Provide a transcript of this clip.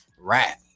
rap